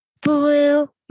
blue